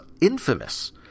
infamous